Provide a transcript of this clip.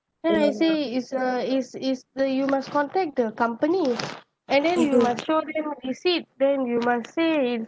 then I say is a is is the you must contact the company and then you must show them receipt then you must say it's